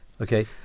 okay